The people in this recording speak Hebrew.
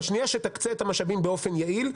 בשנייה שתקצה את המשאבים באופן יעיל,